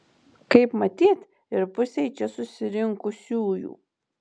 kaip matyt ir pusei čia susirinkusiųjų